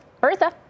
Bertha